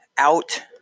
Out